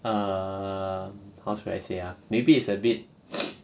err how should I say ah maybe it's a bit